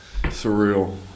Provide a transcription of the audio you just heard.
Surreal